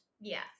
yes